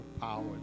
power